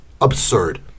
absurd